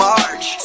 March